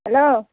hello